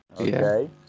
okay